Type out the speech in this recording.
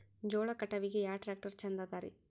ಜೋಳ ಕಟಾವಿಗಿ ಯಾ ಟ್ಯ್ರಾಕ್ಟರ ಛಂದದರಿ?